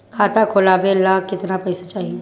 खाता खोलबे ला कितना पैसा चाही?